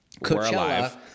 Coachella